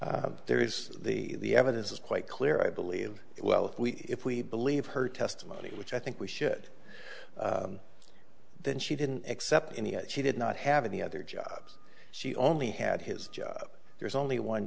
hamley there is the evidence is quite clear i believe well if we if we believe her testimony which i think we should then she didn't accept any she did not have any other jobs she only had his job there's only one